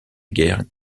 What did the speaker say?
guerre